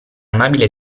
amabile